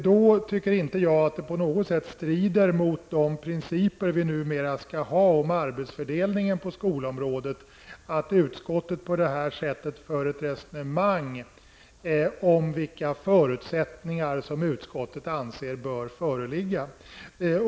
Då tycker jag inte att det på något sätt strider emot de principer vi numera skall ha om arbetsfördelning på skolområdet att utskottet för ett resonemang om vilka förutsättningar som utskottet anser bör föreligga.